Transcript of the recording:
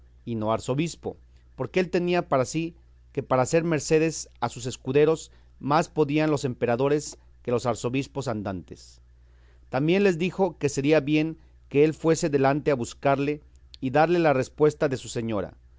y no arzobispo porque él tenía para sí que para hacer mercedes a sus escuderos más podían los emperadores que los arzobispos andantes también les dijo que sería bien que él fuese delante a buscarle y darle la respuesta de su señora